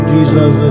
Jesus